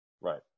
Right